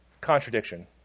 contradiction